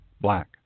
black